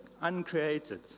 uncreated